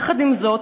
יחד עם זאת,